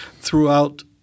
throughout